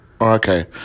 Okay